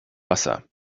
wasser